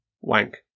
wank